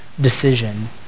decision